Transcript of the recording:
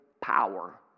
power